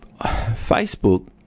Facebook